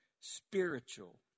spiritual